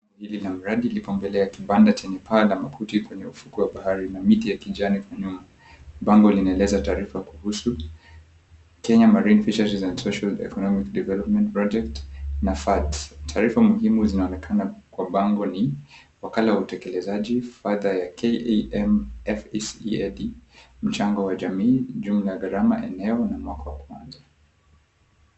Hili la mradi lipo mbele ya kibanda chenye paa la makuti kwenye ufukwe wa bahari na miti ya kijani kwa nyuma. Bango linaeleza taarifa kuhusu, Kenya Marine Fisheries and Treasure Economic Development Project na Fads. Taarifa muhimu zinaonekana kwa bango ni wakala wa utekelezaji fadha ya KAMFESEAD mchango wa jamii jumla ya gharama maeneo na mwaka wa mwanzo.